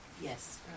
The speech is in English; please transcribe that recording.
Yes